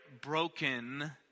broken